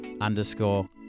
underscore